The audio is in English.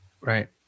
Right